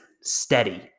steady